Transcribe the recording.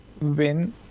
win